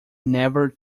never